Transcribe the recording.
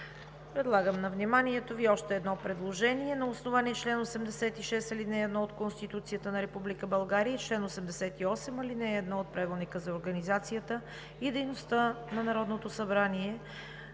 Предлагам на вниманието Ви още едно предложение: На основание чл. 86, ал. 1 от Конституцията на Република България и чл. 88, ал. 1 от Правилника за организацията и дейността на Народното събрание